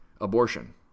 abortion